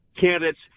candidates